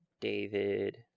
David